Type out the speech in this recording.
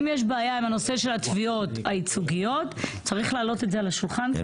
אם יש בעיה עם הנושא של התביעות הייצוגיות צריך להעלות את זה על השולחן.